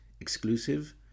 exclusive